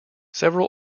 several